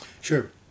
Sure